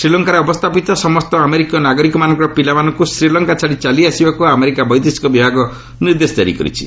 ଶ୍ରୀଲଙ୍କାରେ ଅବସ୍ଥାପିତ ସମସ୍ତ ଆମେରିକୀୟ ନାଗରିକମାନଙ୍କର ପିଲାମାନଙ୍କୁ ଶ୍ରୀଲଙ୍କା ଛାଡ଼ି ଚାଲିଆସିବାକୁ ଆମେରିକା ବୈଦେଶିକ ବିଭାଗ ନିର୍ଦ୍ଦେଶ କାରି କରିଛି